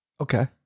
Okay